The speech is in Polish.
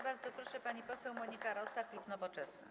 Bardzo proszę, pani poseł Monika Rosa, klub Nowoczesna.